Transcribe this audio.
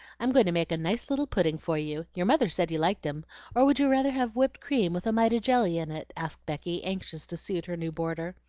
i'm going to make a nice little pudding for you your mother said you liked em or would you rather have whipped cream with a mite of jelly in it? asked becky, anxious to suit her new boarder.